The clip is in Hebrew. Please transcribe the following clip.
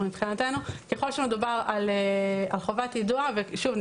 מבחינתנו ככל שמדובר על חובת יידוע ושוב,